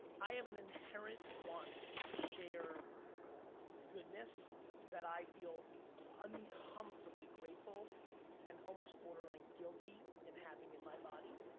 i have an inherent want to share goodness that i feel uncomfortably grateful and almost borderline guilty in having in my body.